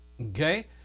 Okay